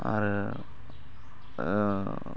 आरो